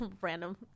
random